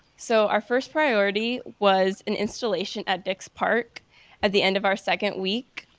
so our first priority was an installation at dix park at the end of our second week,